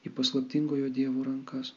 į paslaptingojo dievo rankas